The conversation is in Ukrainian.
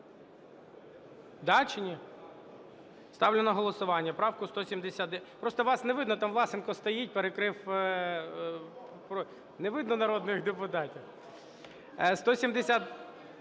Да чи ні? Ставлю на голосування правку… Просто вас не видно, там Власенко стоїть, перекрив… не видно народних депутатів.